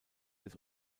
des